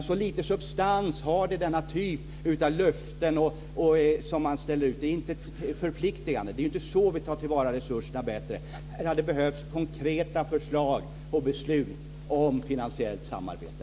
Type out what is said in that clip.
Så lite substans har ni i denna typ av löften, de är inte förpliktigande. Det är inte så vi tar till vara resurserna bättre. Det hade behövts konkreta förslag och beslut om finansiellt samarbete.